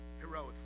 heroic